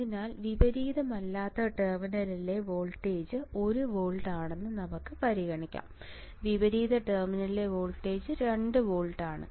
അതിനാൽ വിപരീതമല്ലാത്ത ടെർമിനലിലെ വോൾട്ടേജ് 1 വോൾട്ട് ആണെന്ന് നമുക്ക് പരിഗണിക്കാം വിപരീത ടെർമിനലിലെ വോൾട്ടേജ് 2 വോൾട്ട് ആണ്